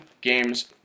Games